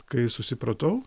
kai susipratau